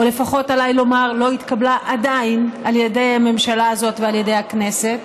או לפחות עליי לומר: עדיין לא התקבלה על ידי הממשלה הזאת ועל ידי הכנסת,